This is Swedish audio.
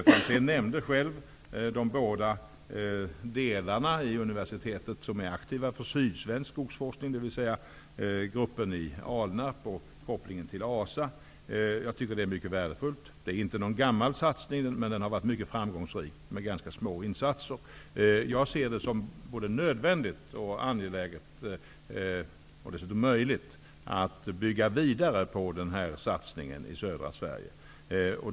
Jan-Olof Franzén nämnde själv de båda delarna av universitetet som är aktiva inom sydsvensk skogsforskning, dvs. gruppen i Alnarp och kopplingen till Asa. Jag tycker att det är mycket värdefullt. Det är inte någon gammal satsning, men den har varit mycket framgångsrik med ganska små insatser. Jag ser det som både nödvändigt och angeläget och dessutom möjligt att bygga vidare på den här satsningen i södra Sverige.